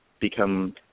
become